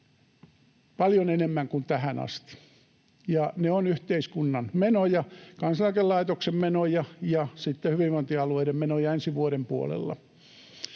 paljon enemmän kuin tähän asti. Ne ovat yhteiskunnan menoja, Kansaneläkelaitoksen menoja ja sitten hyvinvointialueiden menoja ensi vuoden puolella.